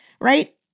right